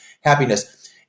happiness